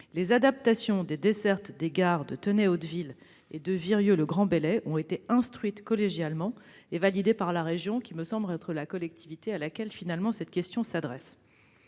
Les adaptations des dessertes des gares de Tenay-Hauteville et de Virieu-le-Grand - Belley ont été instruites collégialement et validées par la région, qui me semble être la collectivité à laquelle cette question s'adresse.